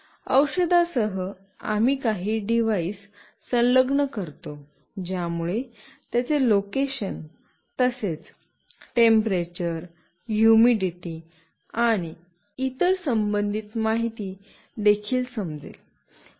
औषधासह आम्ही काही डिव्हाइस संलग्न करतो ज्यामुळे त्याचे लोकेशन तसेच टेम्परेचर हुमिडिटी आणि इतर संबंधित माहिती देखील समजेल